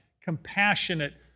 compassionate